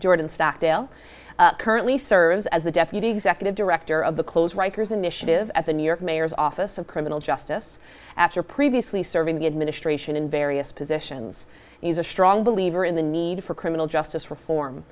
dale currently serves as the deputy executive director of the close riker's initiative at the new york mayor's office of criminal justice after previously serving the administration in various positions he's a strong believer in the need for criminal justice reform